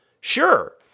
Sure